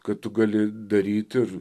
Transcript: kad tu gali daryti ir